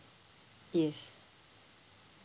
yes